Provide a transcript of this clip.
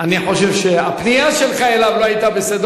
אני חושב שהפנייה שלך אליו לא היתה בסדר.